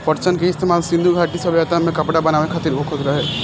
पटसन के इस्तेमाल सिंधु घाटी सभ्यता में कपड़ा बनावे खातिर होखत रहे